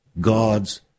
God's